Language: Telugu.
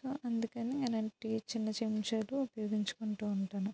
సో అందుకని అలాంటి చిన్న చెంచాలు ఉపయోగించుకుంటూ ఉంటాను